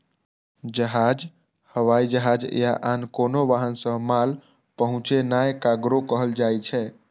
जहाज, हवाई जहाज या आन कोनो वाहन सं माल पहुंचेनाय कार्गो कहल जाइ छै